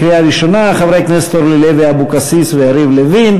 של חברי הכנסת אורלי לוי אבקסיס ויריב לוין,